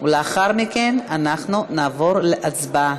ולאחר מכן אנחנו נעבור להצבעה.